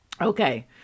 okay